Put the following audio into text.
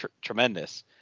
tremendous